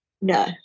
No